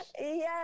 Yes